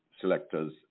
selectors